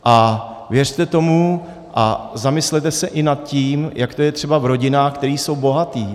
A věřte tomu a zamyslete se i nad tím, jak to je třeba v rodinách, které jsou bohaté.